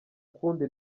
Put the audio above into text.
kundi